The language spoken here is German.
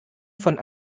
von